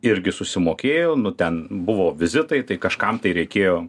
irgi susimokėjo nu ten buvo vizitai tai kažkam tai reikėjo